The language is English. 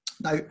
Now